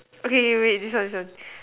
okay wait this one this one